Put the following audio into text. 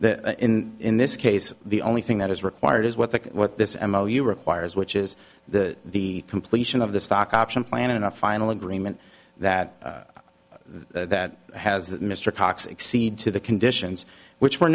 that in in this case the only thing that is required is what the what this m o you require is which is the the completion of the stock option plan and a final agreement that that has that mr cox exceed to the conditions which were